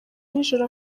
nijoro